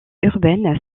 urbaine